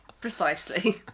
Precisely